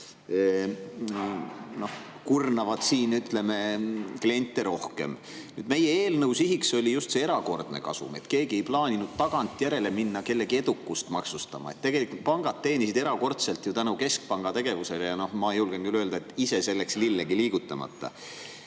kurnavad siin kliente rohkem. Meie eelnõu siht oli just see erakordne kasum. Keegi ei plaaninud minna tagantjärele kellegi edukust maksustama. Tegelikult pangad teenisid erakordselt tänu keskpanga tegevusele ja ma julgen küll öelda, et ise selleks lillegi liigutamata.